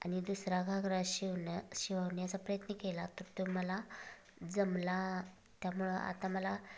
आणि दुसरा घागरा शिवण्या शिवण्याचा प्रयत्न केला तर तो मला जमला त्यामुळं आता मला